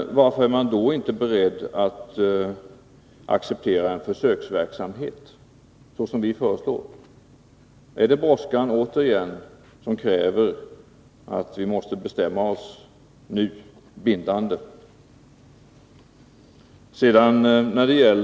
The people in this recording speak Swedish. Varför är man då inte beredd att acceptera en försöksverksamhet, som vi föreslår. Är det brådskan återigen som kräver att vi måste bestämma oss nu, bindande.